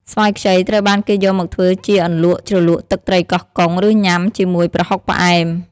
ស្វាយខ្ចីត្រូវបានគេយកមកធ្វើជាអន្លក់ជ្រលក់ទឹកត្រីកោះកុង ឬញ៉ាំជាមួយប្រហុកផ្អែម។